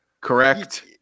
Correct